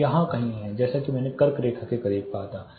हम यहां कहीं हैं जैसा कि मैंने कर्क रेखा के करीब कहा था